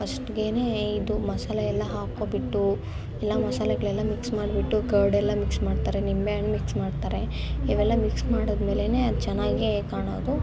ಫಸ್ಟ್ಗೆನೆ ಇದು ಮಸಾಲ ಎಲ್ಲ ಹಾಕೊಂಡ್ಬಿಟ್ಟು ಎಲ್ಲ ಮಸಾಲಗಳೆಲ್ಲ ಮಿಕ್ಸ್ ಮಾಡಿಬಿಟ್ಟು ಕರ್ಡ್ ಎಲ್ಲ ಮಿಕ್ಸ್ ಮಾಡ್ತಾರೆ ನಿಂಬೆ ಹಣ್ಣು ಮಿಕ್ಸ್ ಮಾಡ್ತಾರೆ ಇವೆಲ್ಲ ಮಿಕ್ಸ್ ಮಾಡಿದಮೇಲೆಯೇ ಅದು ಚೆನ್ನಾಗಿಯೇ ಕಾಣೋದು